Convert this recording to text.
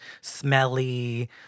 smelly